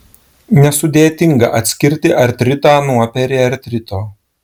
nesudėtinga atskirti artritą nuo periartrito